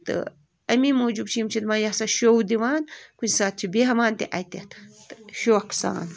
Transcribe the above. اَمی موٗجوٗب چھِ یِم چھِ دَپان یہِ ہسا شو دِوان کُنہِ سات چھِ بیٚہوان تہِ اَتٮ۪تھ تہٕ شوقہٕ سان